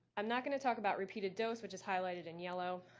i'm not going to talk about repeated dose, which is highlighted in yellow.